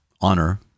honor